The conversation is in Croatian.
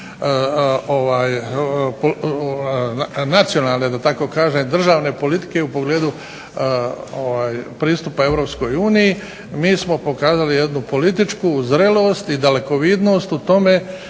nacionalne da tako kažem državne politike u pogledu pristupa Europskoj uniji mi smo pokazali jednu političku zrelost i dalekovidnost u tome